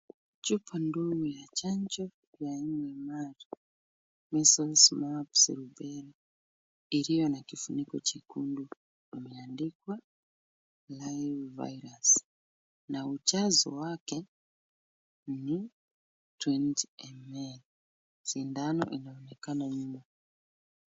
Chupa ndogo ya chanjo ya mmr; measles, mumps, rubella iliyo na kifuniko jekundu imeandikwa live virus na ujazo wake ni 20 ml . Sindano inaonekana nyuma.